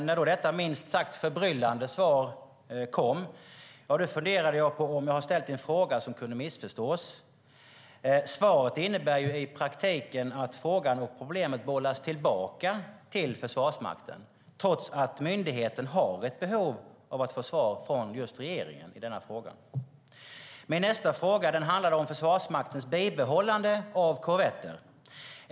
När detta minst sagt förbryllande svar kom funderade jag om jag hade ställt en fråga som kunde missförstås. Svaret innebär i praktiken att frågan och problemet bollas tillbaka till Försvarsmakten, trots att myndigheten har behov av att få svar från just regeringen i denna fråga. Min nästa fråga handlade om Försvarsmaktens bibehållande av korvetter.